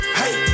hey